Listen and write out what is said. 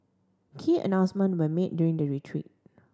key announcement were made during the retreat